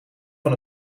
van